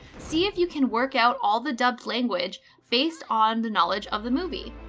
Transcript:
see if you can work out all the dubbed language based on the knowledge of the movie.